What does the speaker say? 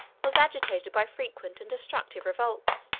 was agitated by frequent and destructive revolts.